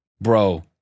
Bro